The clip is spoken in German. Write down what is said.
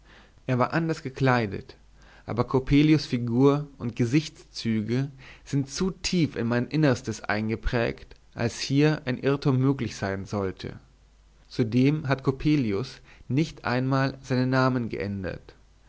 er war anders gekleidet aber coppelius figur und gesichtszüge sind zu tief in mein innerstes eingeprägt als daß hier ein irrtum möglich sein sollte zudem hat coppelius nicht einmal seinen namen geändert